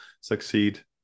succeed